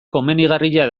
komenigarria